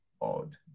odd